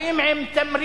באים עם תמריץ,